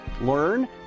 learn